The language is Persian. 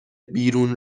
بیرون